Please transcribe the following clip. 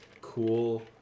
cool